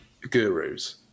gurus